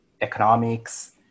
economics